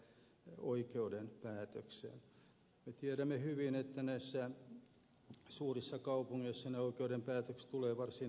me tiedämme hyvin että suurissa kaupungeissa oikeuden päätökset tulevat varsin nopeasti